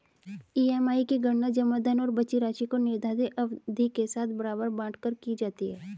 EMI की गणना जमा धन और बची राशि को निर्धारित अवधि के साथ बराबर बाँट कर की जाती है